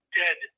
dead